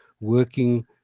working